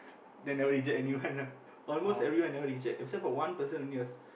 then never reject anyone nah almost everyone I never reject except for one person only was